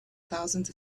thousands